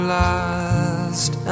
last